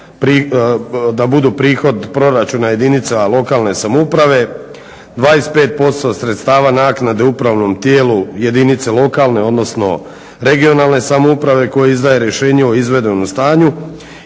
da budu prihod proračuna jedinica lokalne samouprave, 25% sredstava naknade upravnom tijelu jedinice lokalne odnosno regionalne samouprave koja izdaje rješenje o izvedenom stanju